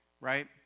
Right